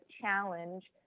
challenge